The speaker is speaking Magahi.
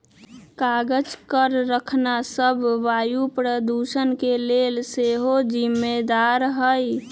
कागज करखना सभ वायु प्रदूषण के लेल सेहो जिम्मेदार हइ